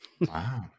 Wow